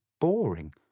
boring